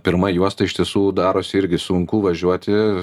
pirma juosta iš tiesų darosi irgi sunku važiuoti